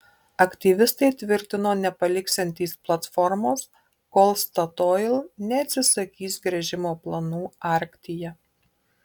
aktyvistai tvirtino nepaliksiantys platformos kol statoil neatsisakys gręžimo planų arktyje